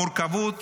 המורכבות